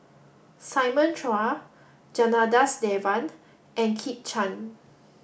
Simon Chua Janadas Devan and Kit Chan